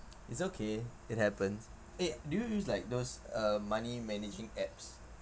it's okay it happens eh do you use like those uh money managing apps